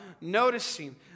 noticing